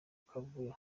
kavuyo